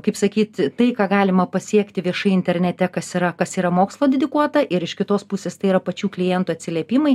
kaip sakyt tai ką galima pasiekti viešai internete kas yra kas yra mokslo dedikuota ir iš kitos pusės tai yra pačių klientų atsiliepimai